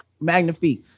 Magnifique